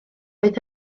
oedd